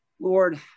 Lord